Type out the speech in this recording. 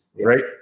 right